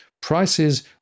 prices